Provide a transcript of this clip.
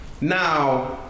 Now